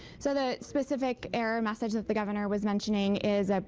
so the specific error message the governor was mentioning is ah